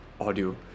audio